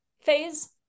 phase